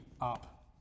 up